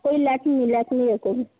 ওই ল্যাকমির ল্যাকমি বের করুন